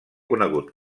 conegut